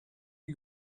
you